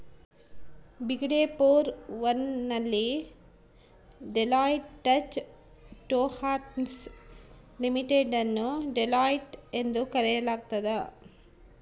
ಬಿಗ್ಡೆ four one ನಲ್ಲಿ Deloitte Touche Tohmatsu Limited ಅನ್ನು Deloitte ಎಂದು ಕರೆಯಲಾಗ್ತದ